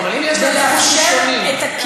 אבל אם יש להם זכות ראשונים.